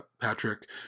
Patrick